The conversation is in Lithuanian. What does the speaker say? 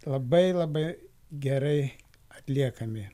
labai labai gerai atliekami